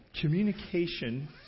communication